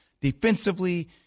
Defensively